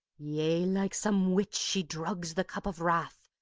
yea, like some witch she drugs the cup of wrath,